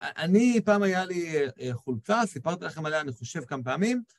אני פעם הייתה לי חולצה, סיפרתי לכם עליה, אני חושב, כמה פעמים.